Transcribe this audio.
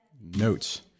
notes